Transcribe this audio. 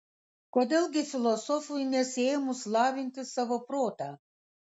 kodėl gi filosofui nesiėmus lavinti savo protą